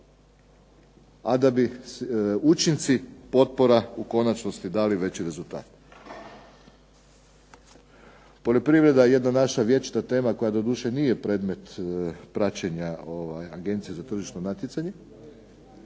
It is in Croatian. a da bi učinci potpora u konačnosti dali veći rezultat. Poljoprivreda jedna naša vječita tema koja doduše nije predmet praćenja Agencije za tržišno natjecanje,